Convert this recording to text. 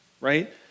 Right